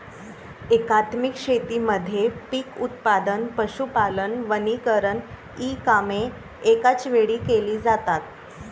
एकात्मिक शेतीमध्ये पीक उत्पादन, पशुपालन, वनीकरण इ कामे एकाच वेळी केली जातात